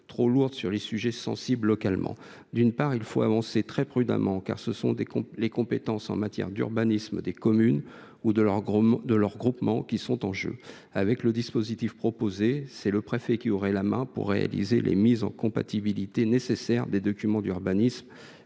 trop lourdes, alors que ces sujets sont sensibles à l’échelon local. Il faut avancer très prudemment, car les compétences en matière d’urbanisme des communes ou de leurs groupements sont en jeu. Avec le dispositif proposé, le préfet aurait la main pour réaliser les mises en compatibilité nécessaires des documents d’urbanisme